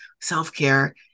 self-care